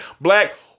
Black